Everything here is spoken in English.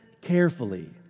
carefully